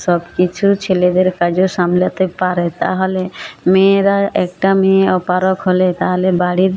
সব কিছু ছেলেদের কাজও সামলাতে পারে তাহলে মেয়েরা একটা মেয়ে অপারগ হলে তাহলে বাড়ির